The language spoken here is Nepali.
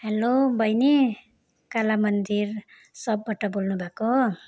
हेलो बहिनी काला मन्दिर सपबाट बोल्नु भएको